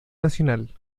nacional